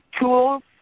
tools